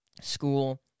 school